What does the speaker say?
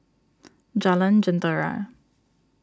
Jalan Jentera